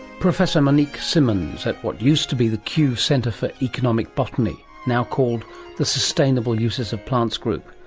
professor monique simmonds at what used to be the kew centre for economic botany, now called the sustainable users of plants group,